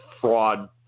fraud